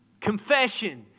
Confession